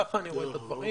ככה אני רואה את הדברים.